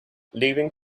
leaving